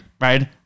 right